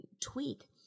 tweak